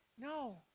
No